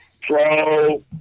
pro